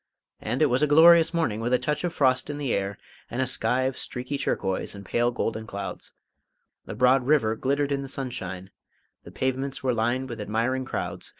and it was a glorious morning, with a touch of frost in the air and a sky of streaky turquoise and pale golden clouds the broad river glittered in the sunshine the pavements were lined with admiring crowds,